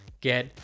get